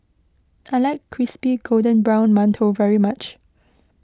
I like Crispy Golden Brown Mantou very much